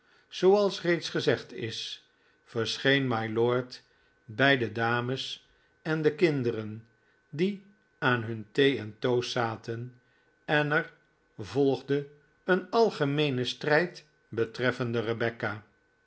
zooals reeds gezegd is verscheen mylord bij de dames en de kinderen die aan hun thee en toast zaten en er volgde een algemeene strijd betreffende rebecca